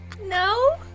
No